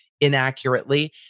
inaccurately